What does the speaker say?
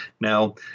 Now